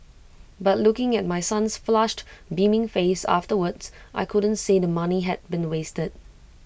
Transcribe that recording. but looking at my son's flushed beaming face afterwards I couldn't say the money had been wasted